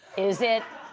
is it?